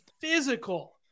physical